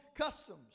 customs